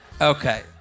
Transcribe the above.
Okay